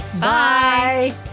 Bye